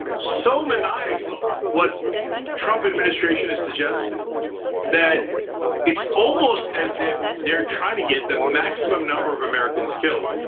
so maniacal what trump administration is suggesting that it's almost as if they're trying to get the maximum number of americans killed.